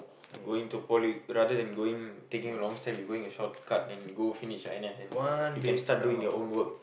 going to poly rather than going taking long step you going a shortcut go finish your N_S then you can start doing your own work